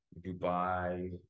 Dubai